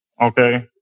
Okay